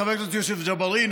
חבר הכנסת יוסף ג'בארין,